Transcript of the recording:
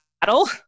battle